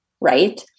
right